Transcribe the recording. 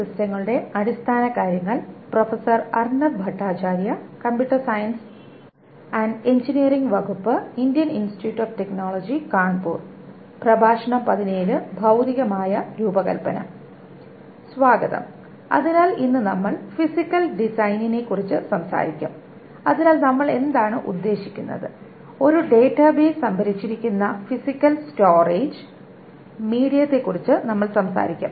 സ്വാഗതം അതിനാൽ ഇന്ന് നമ്മൾ ഫിസിക്കൽ ഡിസൈനിനെക്കുറിച്ച് സംസാരിക്കും അതിനാൽ നമ്മൾ എന്താണ് ഉദ്ദേശിക്കുന്നത് ഒരു ഡാറ്റാബേസ് സംഭരിച്ചിരിക്കുന്ന ഫിസിക്കൽ സ്റ്റോറേജ് മീഡിയത്തെക്കുറിച്ച് നമ്മൾ സംസാരിക്കും